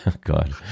God